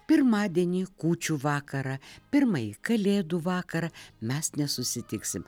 pirmadienį kūčių vakarą pirmąjį kalėdų vakarą mes nesusitiksim